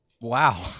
Wow